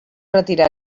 retirar